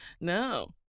No